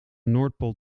noordpool